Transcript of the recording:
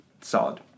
solid